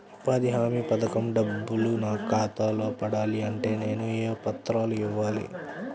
ఉపాధి హామీ పథకం డబ్బులు నా ఖాతాలో పడాలి అంటే నేను ఏ పత్రాలు ఇవ్వాలి?